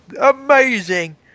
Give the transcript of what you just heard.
amazing